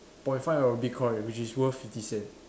point five of bitcoin which is worth fifty cents